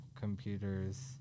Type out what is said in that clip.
computers